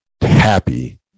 happy